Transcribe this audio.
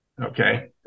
Okay